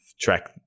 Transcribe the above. track